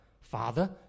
father